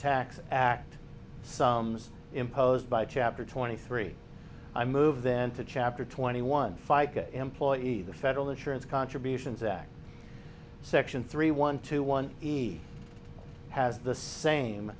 tax act sums imposed by chapter twenty three i moved into chapter twenty one fica employees the federal insurance contributions act section three one two one has the same